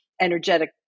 energetic